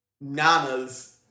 Nana's